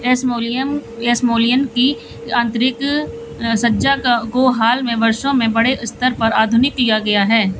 Ashmolean Ashmolean की आंतरिक सज्जा को हाल में वर्षों में बड़े स्तर पर आधुनिक किया गया है